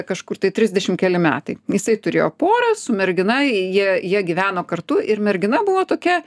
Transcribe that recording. kažkur tai trisdešim keli metai jisai turėjo porą su mergina jie jie gyveno kartu ir mergina buvo tokia